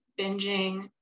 binging